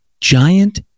giant